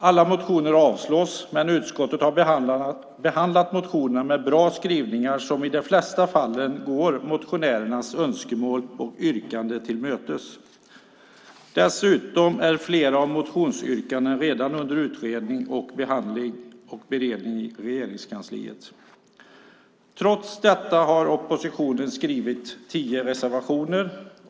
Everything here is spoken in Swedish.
Alla motioner avstyrks, men utskottet har behandlat motionerna med bra skrivningar som i de flesta fallen går motionärernas önskemål och yrkanden till mötes. Dessutom är flera motionsyrkanden redan under utredning, behandling och beredning i Regeringskansliet. Trots detta har oppositionen skrivit tio reservationer.